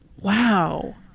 Wow